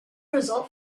result